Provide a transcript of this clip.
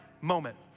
moment